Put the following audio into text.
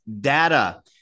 data